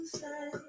say